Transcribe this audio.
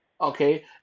Okay